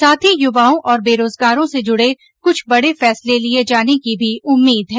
साथ ही युवाओं और बेरोजगारों से जुड़े कुछ बड़े फैसले लिए जाने की भी उम्मीद है